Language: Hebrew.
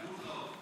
כתבו לך אותו.